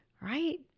right